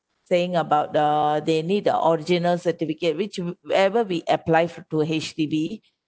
saying about the they need the original certificate which you ever be apply to H_D_B